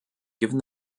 given